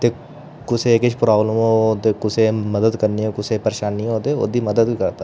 ते कुसै किश प्रॉब्लम होऐ होर कुसै दी मदद करनी होऐ कुसै किश परेशानी होऐ ते ओह्दी मदद बी करदा